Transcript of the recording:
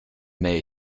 may